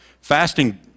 Fasting